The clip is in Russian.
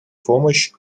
помощь